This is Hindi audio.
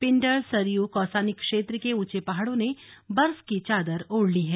पिंडर सरय कौसानी क्षेत्र के ऊंचे पहाड़ों ने बर्फ की चादर ओढ़ ली है